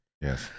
Yes